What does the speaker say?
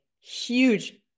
huge